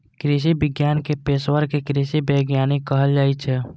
कृषि विज्ञान के पेशवर कें कृषि वैज्ञानिक कहल जाइ छै